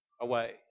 away